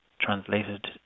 translated